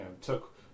took